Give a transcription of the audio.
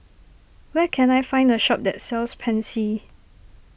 where can I find a shop that sells Pansy